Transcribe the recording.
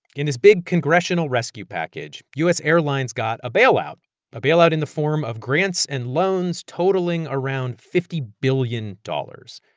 in this big congressional rescue package, u s. airlines got a bailout a bailout in the form of grants and loans totaling around fifty billion dollars,